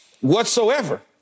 Whatsoever